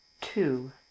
two